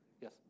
Yes